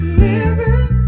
living